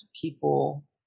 people